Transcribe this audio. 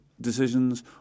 decisions